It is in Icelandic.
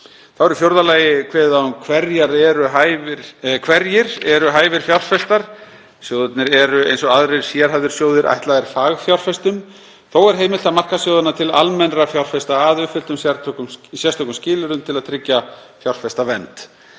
á um hverjir eru hæfir fjárfestar, en sjóðirnir eru eins og aðrir sérhæfðir sjóðir ætlaðir fagfjárfestum. Þó er heimilt að markaðsetja sjóðina til almennra fjárfesta að uppfylltum sérstökum skilyrðum til að tryggja fjárfestavernd.